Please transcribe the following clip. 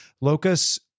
Locus